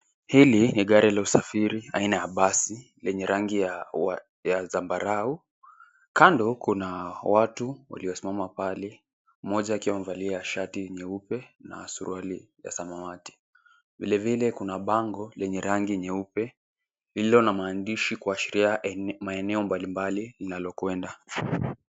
Hili ni gari la usafiri aina ya basi lenye rangi ya zambarau. Kando kuna watu waliosimama pale. Mmoja akiwa amevalia shati nyeupe ,na suruali ya samawati. Vile vile kuna bango lenye rangi nyeupe lililo na maandishi kuashiria maeneo mbali mbali linalokwenda.